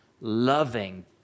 loving